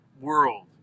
world